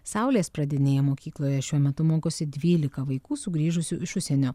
saulės pradinėje mokykloje šiuo metu mokosi dvylika vaikų sugrįžusių iš užsienio